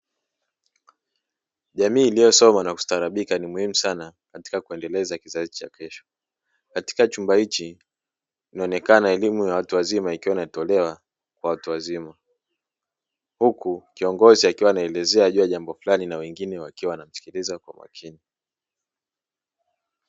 Jamii iliyosoma na kustarabika ni muhimu sana katika kuendeleza kizazi cha kesho. Katika chumba hiki inaonekana elimu ya watu wazima ikiwa inatolewa kwa watu wazima, huku kiongozi akiwa anaelezea juu ya jambo fulani na wengine wakiwa wanamsikiliza kwa makini.